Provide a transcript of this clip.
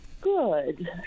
Good